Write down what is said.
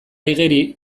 igeri